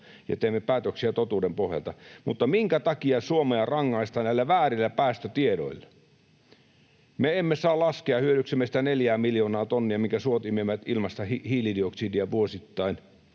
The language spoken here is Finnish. ja teemme päätöksiä totuuden pohjalta. Mutta minkä takia Suomea rangaistaan väärillä päästötiedoilla? Me emme saa laskea hyödyksemme sitä neljää miljoonaa tonnia, minkä suodatamme ilmaista hiilidioksidia vuosittain.